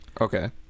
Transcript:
Okay